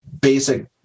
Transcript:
basic